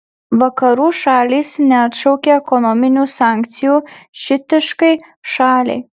vakarų šalys neatšaukė ekonominių sankcijų šiitiškai šaliai